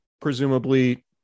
presumably